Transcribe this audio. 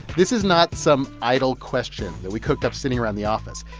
this is not some idle question that we cooked up sitting around the office.